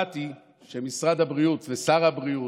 יצחק